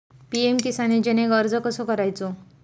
PM किसान योजनेक अर्ज कसो करायचो?